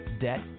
debt